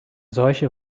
solche